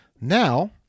now